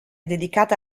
dedicata